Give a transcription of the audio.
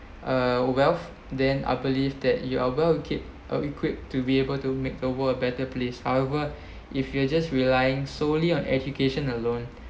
uh wealth then I believe that you are well equipped uh equipped to be able to make the world a better place however if you are just relying solely on education alone